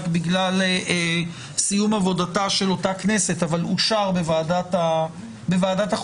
בגלל סיום עבודתה של אותה כנסת אבל אושרה בוועדת החוקה